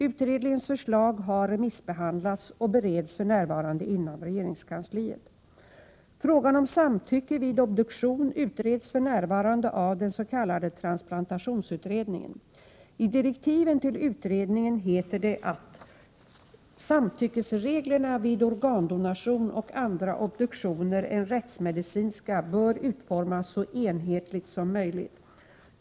Utredningens förslag har remissbehandlats och bereds för närvarande inom regeringskansliet. Frågan om samtycke vid obduktion utreds för närvarande av den s.k. transplantationsutredningen . I direktiven till utredningen heter det: ”Samtyckesreglerna vid organdonationer och andra obduktioner än rättsmedicinska bör utformas så enhetligt som möjligt.